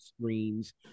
screens